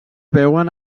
veuen